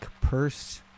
Purse